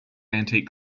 antique